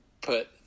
put